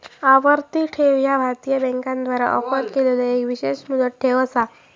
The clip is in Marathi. आवर्ती ठेव ह्या भारतीय बँकांद्वारा ऑफर केलेलो एक विशेष मुदत ठेव असा